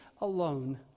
alone